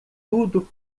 tudo